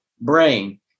brain